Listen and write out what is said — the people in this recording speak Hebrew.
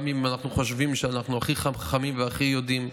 גם אם אנחנו חושבים שאנחנו הכי חכמים והכי יודעים,